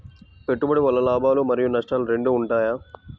పెట్టుబడి వల్ల లాభాలు మరియు నష్టాలు రెండు ఉంటాయా?